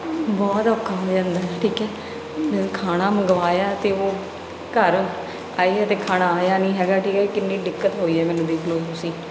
ਬਹੁਤ ਔਖਾ ਹੋ ਜਾਂਦਾ ਹੈ ਠੀਕ ਹੈ ਖਾਣਾ ਮੰਗਵਾਇਆ ਅਤੇ ਉਹ ਘਰ ਆਏ ਅਤੇ ਖਾਣਾ ਆਇਆ ਨਹੀਂ ਹੈਗਾ ਠੀਕ ਹੈ ਕਿੰਨੀ ਦਿੱਕਤ ਹੋਈ ਹੈ ਮੈਨੂੰ ਦੇਖ ਲਓ ਤੁਸੀਂ